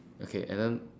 okay and then